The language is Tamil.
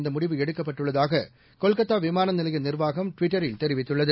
இந்தமுடிவு எடுக்கப்பட்டுள்ளதாககொல்கத்தாவிமானநிலையநிர்வாகம் ட்விட்டரில் தெரிவித்துள்ளது